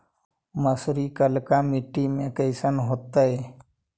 मसुरी कलिका मट्टी में कईसन होतै?